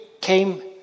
came